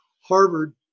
Harvard